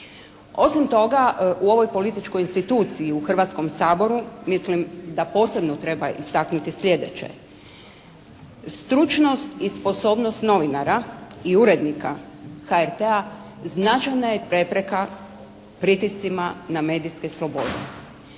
Osim toga u ovoj političkoj instituciji, u Hrvatskom saboru mislim da posebno treba istaknuti sljedeće. Stručnost i sposobnost novinara i urednika HRT-a značajna je prepreka pritiscima na medijske slobode.